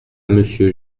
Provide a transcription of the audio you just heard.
monsieur